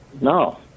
no